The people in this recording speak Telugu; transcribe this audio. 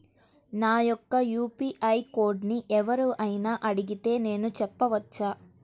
నా యొక్క యూ.పీ.ఐ కోడ్ని ఎవరు అయినా అడిగితే నేను చెప్పవచ్చా?